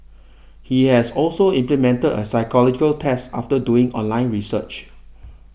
he has also implemented a psychological test after doing online research